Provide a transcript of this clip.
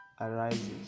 arises